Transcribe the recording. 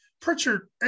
Pritchard